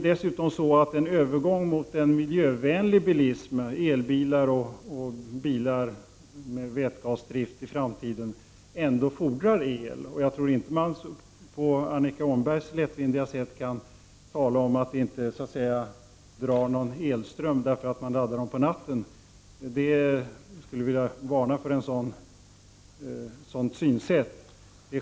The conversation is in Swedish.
Dessutom fodrar ändå en övergång mot en miljövänlig bilsim, i framtiden elbilar och bilar med vätgasdrift, el. Jag tror inte att man på Annika Åhnbergs lättvindiga sätt kan tala om att bilarna inte drar någon elström, eftersom de laddas under natten. Jag skulle vilja varna för ett sådant synsätt.